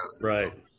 Right